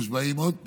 מושבעים עוד פעם.